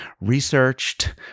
Researched